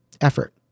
effort